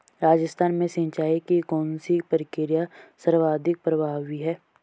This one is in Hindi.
राजस्थान में सिंचाई की कौनसी प्रक्रिया सर्वाधिक प्रभावी है?